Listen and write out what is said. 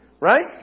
right